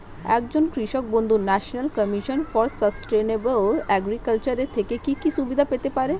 একজন কৃষক বন্ধু national commission for sustainable agriculture এর থেকে কি কি সুবিধা পেতে পারে?